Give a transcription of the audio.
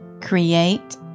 Create